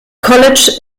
college